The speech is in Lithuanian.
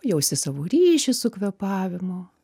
jausi savo ryšį su kvėpavimu